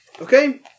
Okay